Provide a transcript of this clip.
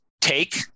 take